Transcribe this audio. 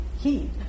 heat